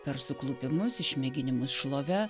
per suklupimus išmėginimus šlove